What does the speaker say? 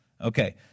Okay